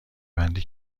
بندی